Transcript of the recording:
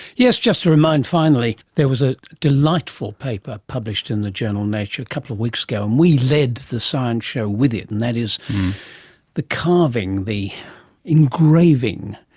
yes, just to remind finally, there was a delightful paper published in the journal nature a couple of weeks ago, and we led the science show with it, and that is the carving, the engraving,